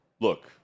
look –